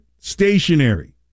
stationary